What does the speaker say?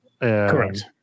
Correct